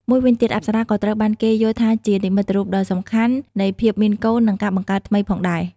មួយវិញទៀត អប្សរក៏ត្រូវបានគេយល់ថាជានិមិត្តរូបដ៏សំខាន់នៃ ភាពមានកូន និងការបង្កើតថ្មី ផងដែរ។